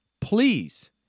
please